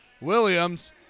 Williams